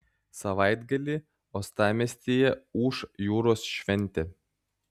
savaitgalį uostamiestyje ūš jūros šventė